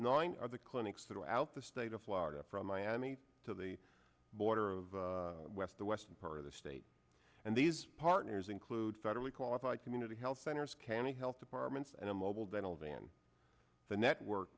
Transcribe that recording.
nine other clinics throughout the state of florida from miami to the border of west the western part of the state and these partners include federally qualified community health centers scanning health departments and a mobile dental van the network